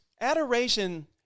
adoration